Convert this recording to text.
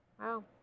Wow